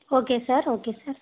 okay sir okay sir